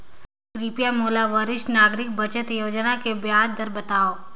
कृपया मोला वरिष्ठ नागरिक बचत योजना के ब्याज दर बतावव